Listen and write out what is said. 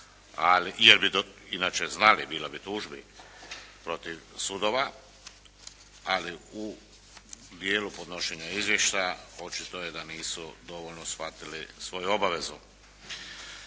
inače znali, bilo bi tužbi protiv sudova, ali u dijelu podnošenja izvještaja očito je da nisu dovoljno shvatili svoju obavezu.